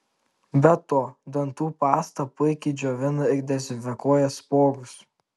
be to dantų pasta puikiai džiovina ir dezinfekuoja spuogus